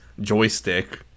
joystick